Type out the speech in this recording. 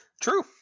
True